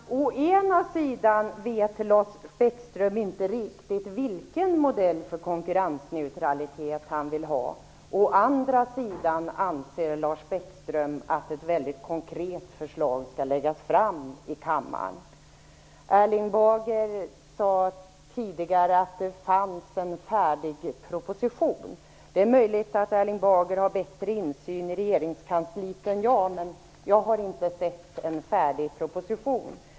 Fru talman! Å ena sidan vet Lars Bäckström inte riktigt vilken modell för konkurrensneutralitet han vill ha. Å andra sidan anser Lars Bäckström att ett väldigt konkret förslag skall läggas fram i kammaren. Erling Bager sade tidigare att det finns en färdig proposition. Det är möjligt att han har bättre insyn i regeringskansliet än jag. Jag har i varje fall inte sett någon färdig proposition.